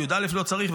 בי"א לא צריך,